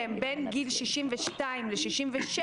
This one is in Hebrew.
גיל 62 ל-67,